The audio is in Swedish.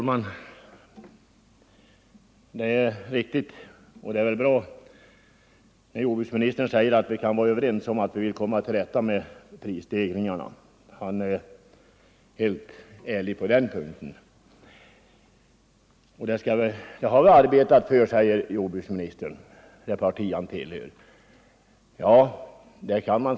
Herr talman! Det är bra att jordbruksministern säger att vi kan vara överens om att vi alla vill komma till rätta med prisstegringarna. Jordbruksministern säger också att det parti han tillhör arbetat för detta.